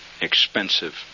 expensive